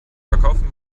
verkaufen